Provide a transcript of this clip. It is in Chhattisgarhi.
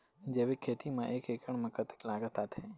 जैविक खेती म एक एकड़ म कतक लागत आथे?